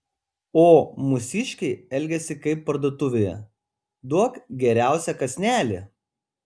o mūsiškiai elgiasi kaip parduotuvėje duok geriausią kąsnelį